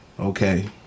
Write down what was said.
Okay